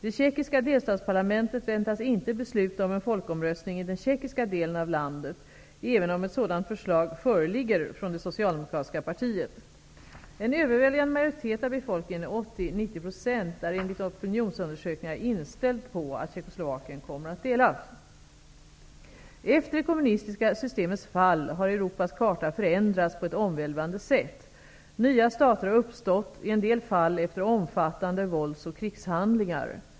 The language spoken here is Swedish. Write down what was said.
Det tjeckiska delstatsparlamentet väntas inte besluta om en folkomröstning i den tjeckiska delen av landet, även om ett sådant förslag föreligger från det socialdemokratiska partiet. 90 %, är enligt opinionsundersökningar inställd på att Tjeckoslovakien kommer att delas. Efter det kommunistiska systemets fall har Europas karta förändrats på ett omvälvande sätt. Nya stater har uppstått, i en del fall efter omfattande våldsoch krigshandlingar.